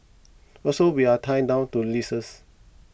also we are tied down to leases